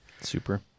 Super